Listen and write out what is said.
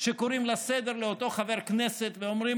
שקוראים לסדר לאותו חבר כנסת ואומרים